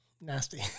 Nasty